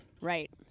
Right